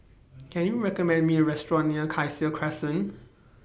Can YOU recommend Me A Restaurant near Cassia Crescent